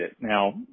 Now